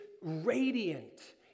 radiant